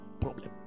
problem